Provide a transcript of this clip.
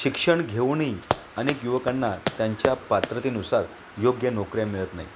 शिक्षण घेऊनही अनेक युवकांना त्यांच्या पात्रतेनुसार योग्य नोकऱ्या मिळत नाही